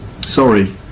sorry